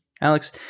alex